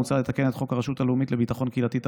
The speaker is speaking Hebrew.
מוצע לתקן את חוק הרשות הלאומית לביטחון קהילתי,